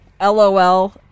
LOL